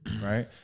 Right